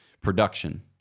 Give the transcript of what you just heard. production